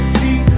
see